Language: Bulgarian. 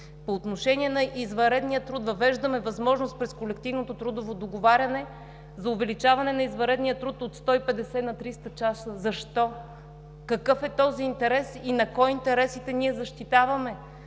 По отношение на извънредния труд въвеждаме възможност през колективното трудово договаряне за увеличаване на извънредния труд от 150 на 300 часа. Защо? Какъв е този интерес и на кого защитаваме